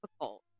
difficult